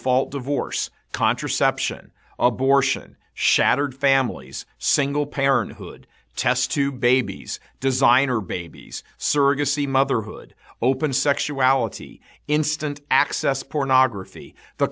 fault divorce contraception abortion shattered families single parenthood test tube babies designer babies surrogacy motherhood open sexuality instant access pornography the